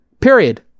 period